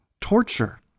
torture